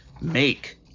make